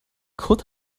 kurt